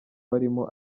barimo